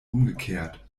umgekehrt